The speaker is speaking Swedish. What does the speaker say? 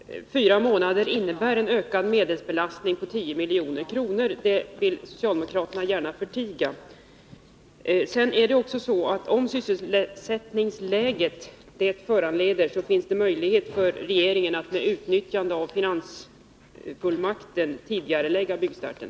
Herr talman! En tidigareläggning av byggstarten med fyra månader innebär en ökning av medelsbelastningen med 10 milj.kr. — det vill socialdemokraterna gärna förtiga. Det är också så att om sysselsättningsläget föranleder det, finns det förutsättning för regeringen att med utnyttjande av finansfullmakten tidigarelägga byggstarten.